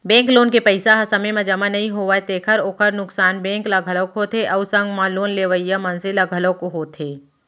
bank loan के पइसा ह समे म नइ जमा होवय तेखर ओखर नुकसान बेंक ल घलोक होथे अउ संग म लोन लेवइया मनसे ल घलोक होथे